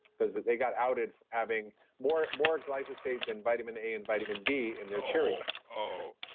because they got outed having more more glyphosate than vitamin a and vitamin d in their cheerios oh,